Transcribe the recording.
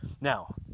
Now